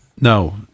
No